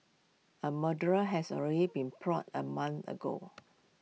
A murderer has already been plotted A month ago